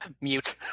Mute